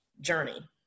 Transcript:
journey